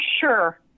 sure